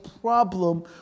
problem